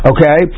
Okay